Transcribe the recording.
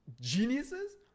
geniuses